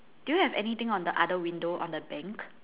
do you have anything on the other window on the bank